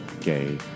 gay